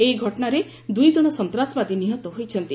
ଏହି ଘଟଣାରେ ଦ୍ରଇ ଜଣ ସନ୍ତାସବାଦୀ ନିହତ ହୋଇଛନ୍ତି